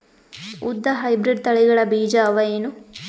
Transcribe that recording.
ಉದ್ದ ಹೈಬ್ರಿಡ್ ತಳಿಗಳ ಬೀಜ ಅವ ಏನು?